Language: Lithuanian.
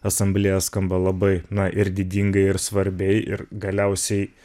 asamblėja skamba labai na ir didingai ir svarbiai ir galiausiai